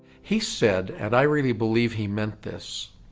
he said and i really believe he meant this